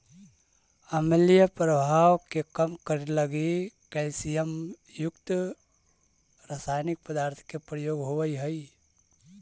अम्लीय प्रभाव के कम करे लगी कैल्सियम युक्त रसायनिक पदार्थ के प्रयोग होवऽ हई